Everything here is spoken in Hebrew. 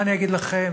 מה אגיד לכם,